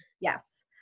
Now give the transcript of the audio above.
Yes